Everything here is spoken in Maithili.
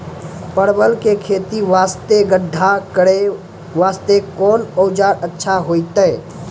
परवल के खेती वास्ते गड्ढा करे वास्ते कोंन औजार अच्छा होइतै?